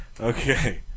Okay